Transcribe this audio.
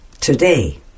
today